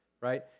right